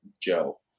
Joe